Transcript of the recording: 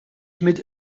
mit